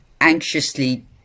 anxiously